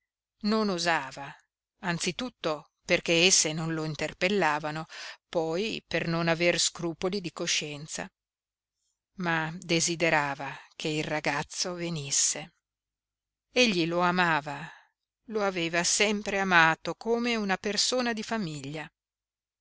non osava anzitutto perché esse non lo interpellavano poi per non aver scrupoli di coscienza ma desiderava che il ragazzo venisse egli lo amava lo aveva sempre amato come una persona di famiglia